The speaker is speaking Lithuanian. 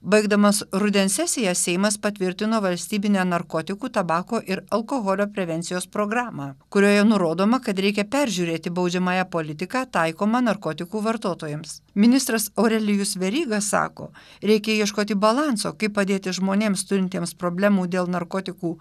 baigdamas rudens sesiją seimas patvirtino valstybinę narkotikų tabako ir alkoholio prevencijos programą kurioje nurodoma kad reikia peržiūrėti baudžiamąją politiką taikomą narkotikų vartotojams ministras aurelijus veryga sako reikia ieškoti balanso kaip padėti žmonėms turintiems problemų dėl narkotikų